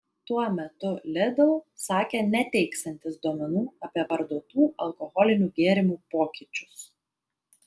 tuo metu lidl sakė neteiksiantys duomenų apie parduotų alkoholinių gėrimų pokyčius